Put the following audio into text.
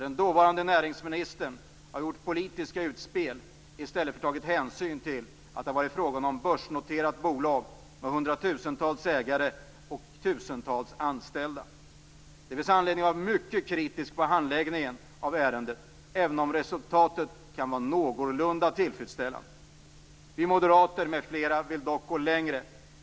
Den dåvarande näringsministern gjorde politiska utspel i stället för att ta hänsyn till att det var fråga om ett börsnoterat bolag med hundratusentals ägare och tusentals anställda. Det finns anledning att vara mycket kritisk mot handläggningen av ärendet, även om resultatet är någorlunda tillfredsställande. Moderaterna, m.fl., vill dock gå längre.